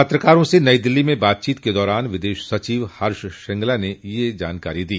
पत्रकारों से नई दिल्ली में बातचीत के दौरान विदेश सचिव हर्ष श्रृंगला ने कल यह जानकारी दी